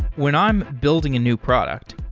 when i'm building a new product,